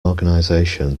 organisation